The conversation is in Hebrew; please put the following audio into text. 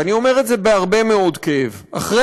ואני אומר את זה בהרבה מאוד כאב אחרי